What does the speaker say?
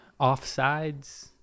offsides